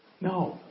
No